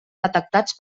detectats